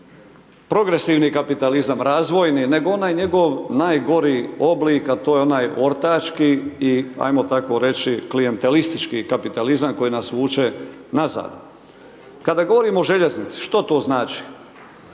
progresivni kapitalizam, razvojni nego onaj njegov najgori oblik a to je onaj ortački i ajmo tako reći klijentelistički kapitalizam koji nas vuče nazad. Kada govorimo o željeznici, što to znači?